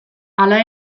hala